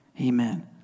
Amen